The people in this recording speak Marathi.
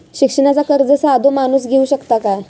शिक्षणाचा कर्ज साधो माणूस घेऊ शकता काय?